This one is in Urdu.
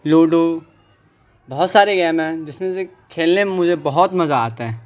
لوڈو بہت سارے گیم ہیں جس میں سے کھیلنے میں مجھے بہت مزہ آتا ہے